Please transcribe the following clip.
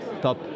top